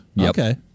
Okay